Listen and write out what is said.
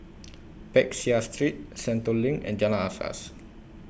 Peck Seah Street Sentul LINK and Jalan Asas